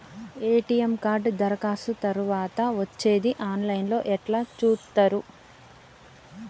ATM card దరఖాస్తు తరువాత వచ్చేది ఆన్ లైన్ లో ఎట్ల చూత్తరు?